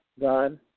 God